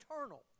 eternal